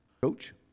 Coach